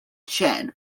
chin